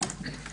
הישיבה נעולה.